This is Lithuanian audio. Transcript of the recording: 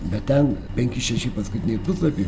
bet ten penki šeši paskutiniai puslapiai